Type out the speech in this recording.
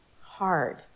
hard